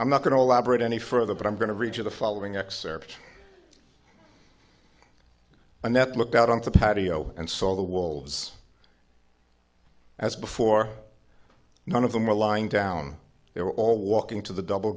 i'm not going to elaborate any further but i'm going to reach of the following excerpt and that looked out on the patio and saw the wolves as before none of them were lying down they were all walking to the double